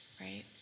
right